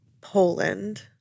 Poland